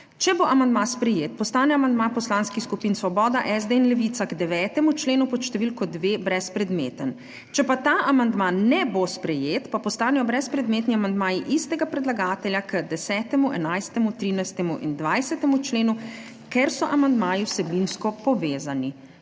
Če bo amandma sprejet, postane amandma poslanskih skupin Svoboda, SD in Levica k 9. členu pod številko 2 brezpredmeten. Če ta amandma ne bo sprejet, pa postanejo brezpredmetni amandmaji istega predlagatelja k 10., 11., 13. in 20. členu, ker so amandmaji vsebinsko povezani.